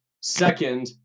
Second